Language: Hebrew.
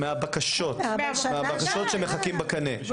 מהבקשות, מהבקשות שמחכות בקנה.